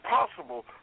impossible